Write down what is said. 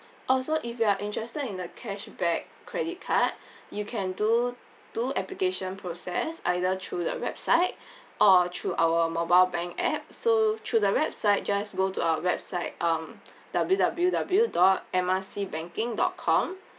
oh so if you are interested in the cashback credit card you can do do application process either through the website or through our mobile bank app so through the website just go to our website um W W W dot M R C banking dot com